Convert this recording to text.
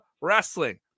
wrestling